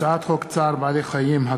הצעת חוק צער בעלי-חיים